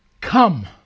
come